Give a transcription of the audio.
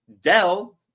Dell